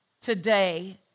Today